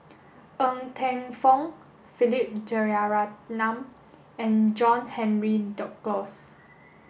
Ng Teng Fong Philip Jeyaretnam and John Henry Duclos